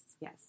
Yes